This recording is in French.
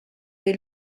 des